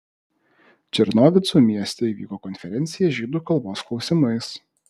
černovicų mieste įvyko konferencija žydų kalbos klausimais